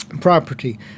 property